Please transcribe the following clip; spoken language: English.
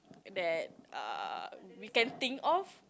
that uh we can think of